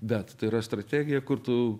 bet tai yra strategija kur tu